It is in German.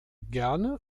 gerne